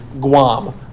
Guam